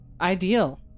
ideal